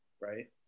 right